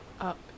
up